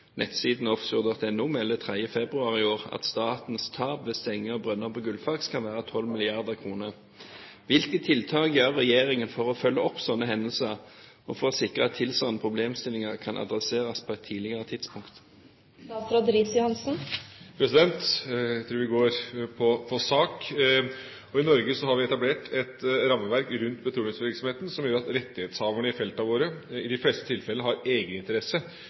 melder 3. februar i år at statens tap ved stenging av brønner på Gullfaks kan være 12 mrd. kr. Hvilke tiltak gjør regjeringen for å følge opp slike hendelser og for å sikre at tilsvarende problemstillinger kan adresseres på et tidligere tidspunkt?» Jeg tror vi går på sak! I Norge har vi etablert et rammeverk rundt petroleumsvirksomheten som gjør at rettighetshaverne i feltene våre i de fleste tilfeller har